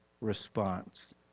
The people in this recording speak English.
response